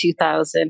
2000